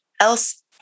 else